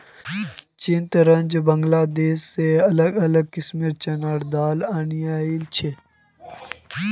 चितरंजन बांग्लादेश से अलग अलग किस्मेंर चनार दाल अनियाइल छे